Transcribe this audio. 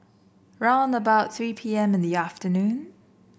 round about three P M in the afternoon